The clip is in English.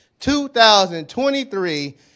2023